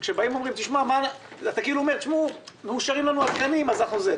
אבל אתה כאילו אומר: מאושרים לנו התקנים אז אנחנו משתמשים בזה.